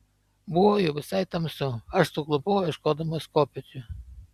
buvo jau visai tamsu aš suklupau ieškodamas kopėčių